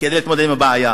כדי להתמודד עם הבעיה,